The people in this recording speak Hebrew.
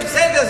זה בסדר,